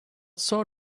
sort